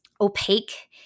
opaque